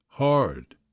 Hard